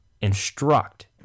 instruct